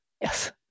Yes